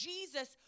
Jesus